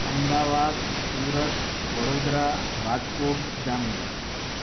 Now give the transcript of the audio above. Ahmedabad Surat Vadodara Rajkot Jamnagar